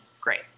Great